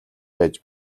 байж